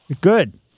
Good